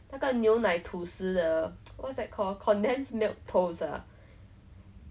I remember that time like 上次我们去一起去香港的时候我们住在